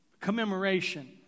commemoration